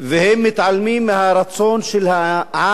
והם מתעלמים מהרצון של העם,